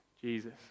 Jesus